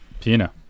Pina